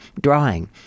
drawing